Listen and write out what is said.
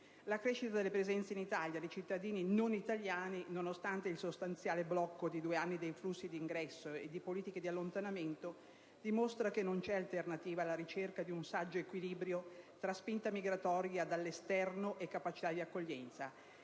La crescita delle presenze in Italia di cittadini non italiani, nonostante il sostanziale blocco di due anni dei flussi di ingresso e le politiche di allontanamento, dimostra che non c'è alternativa alla ricerca di un saggio equilibrio tra spinta migratoria dall'esterno e capacità di accoglienza.